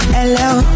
Hello